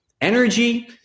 energy